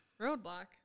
Roadblock